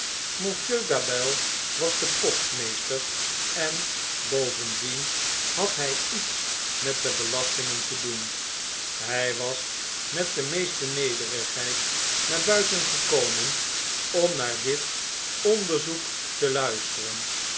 monsieur gabelle was de postmeester en bovendien had hij iets met de belastingen te doen hy was met de meeste nederigheid naar buiten gekomen om naar dit onderzoek teluisteren